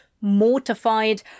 Mortified